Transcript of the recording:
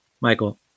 Michael